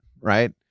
right